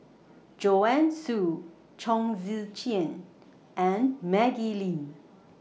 Joanne Soo Chong Tze Chien and Maggie Lim